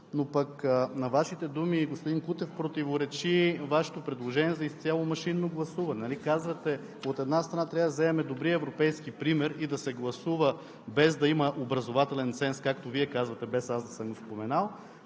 но пък на Вашите думи, господин Кутев, противоречи Вашето предложение за изцяло машинно гласуване. От една страна, трябва да вземем добрия европейски пример и да се гласува, без да има образователен ценз, както Вие казвате – без аз да съм го споменал,